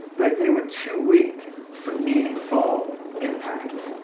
but they were too weak for meaningful impact.